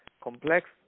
complex